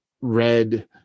red